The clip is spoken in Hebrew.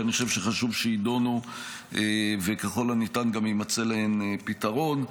שאני חושב שחשוב שיידונו וככל שניתן גם יימצא להן פתרון.